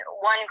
One